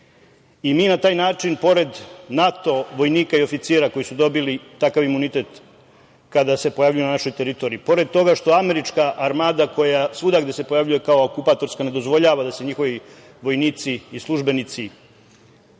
i mi na taj način, pored NATO vojnika i oficira koji su dobili takav imunitet kada se pojavljuju na našoj teritoriji, pored toga što američka armada koja svuda gde se pojavljuje kao okupatorska ne dozvoljava da se njihovi vojnici i službenici podređuju